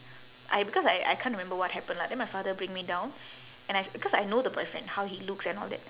I because I I can't remember what happen lah then my father bring me down and I because I know the boyfriend how he looks and all that